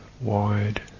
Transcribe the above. wide